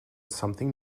something